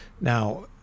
Now